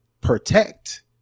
protect